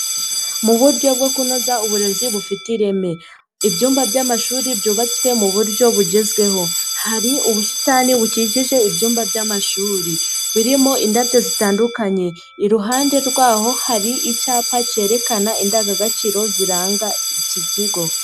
Mu buryo bwo kunoza uburezi bufite ireme. Ibyumba by'amashuri byubatswe mu buryo bugezweho. Hari ubusitani bukikije ibyumba by'amashuri. Birimo indabyo zitandukanye. Iruhande rwaho hari icyapa cyerekana indangagaciro ziranga iki kigo.